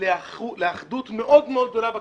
לאחדות מאוד גדולה בכנסת.